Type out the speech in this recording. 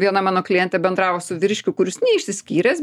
viena mano klientė bendravo su vyriškiu kuris neišsiskyręs